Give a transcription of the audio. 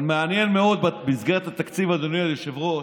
אבל מעניין מאוד, במסגרת התקציב, אדוני היושב-ראש,